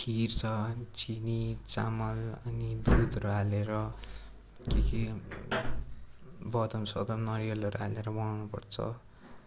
खिर छ अनि चिनी चामल अनि दुधहरू हालेर के के बदाम सदाम नरिवलहरू हालेर बनाउनु पर्छ